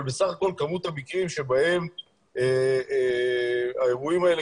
אבל כמות המקרים שבהם האירועים האלה